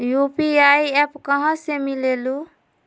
UPI app कहा से मिलेलु?